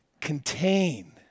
contain